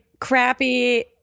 crappy